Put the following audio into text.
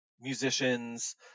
musicians